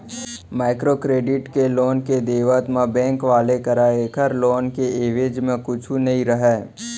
micro credit के loan के देवत म बेंक वाले करा ऐखर लोन के एवेज म कुछु नइ रहय